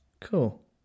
Cool